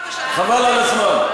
חבל על הזמן.